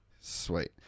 sweet